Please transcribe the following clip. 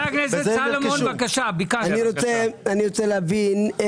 אני רוצה להבין,